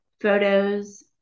photos